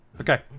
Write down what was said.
Okay